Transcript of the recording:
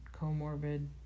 comorbid